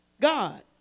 God